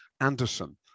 Anderson